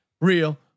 Real